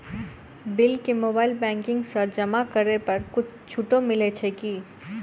Bill केँ mobile banking सँ जमा करै पर किछ छुटो मिलैत अछि की?